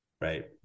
Right